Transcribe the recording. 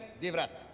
divrat. (